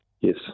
yes